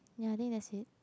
ya I think that's it